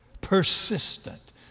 Persistent